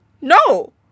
No